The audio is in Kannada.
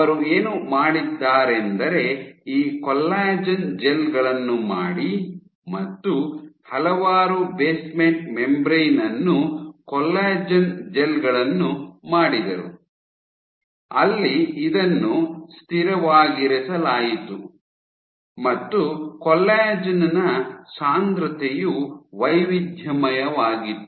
ಅವರು ಏನು ಮಾಡಿದ್ದಾರೆಂದರೆ ಈ ಕೊಲ್ಲಾಜೆನ್ ಜೆಲ್ ಗಳನ್ನು ಮಾಡಿ ಮತ್ತು ಹಲವಾರು ಬೇಸ್ಮೆಂಟ್ ಮೆಂಬ್ರೇನ್ ಯನ್ನು ಕೊಲ್ಲಾಜೆನ್ ಜೆಲ್ ಗಳನ್ನು ಮಾಡಿದರು ಅಲ್ಲಿ ಇದನ್ನು ಸ್ಥಿರವಾಗಿರಿಸಲಾಯಿತು ಮತ್ತು ಕೊಲ್ಲಾಜೆನ್ ನ ಸಾಂದ್ರತೆಯು ವೈವಿಧ್ಯಮಯವಾಗಿತ್ತು